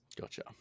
gotcha